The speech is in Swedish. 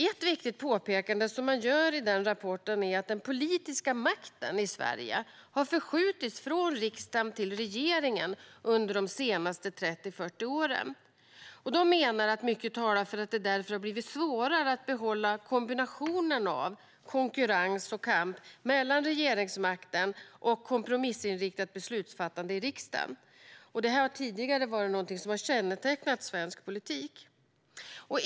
Ett viktigt påpekande som man gör i den rapporten är att den politiska makten i Sverige har förskjutits från riksdagen till regeringen under de senaste 30-40 åren. De menar att mycket talar för att det därför har blivit svårare att behålla kombinationen av konkurrens och kamp om regeringsmakten och kompromissinriktat beslutsfattande i riksdagen, vilket tidigare har kännetecknat svensk politik.